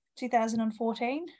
2014